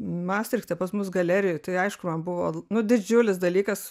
mastrichte pas mus galerijoj tai aišku man buvo nu didžiulis dalykas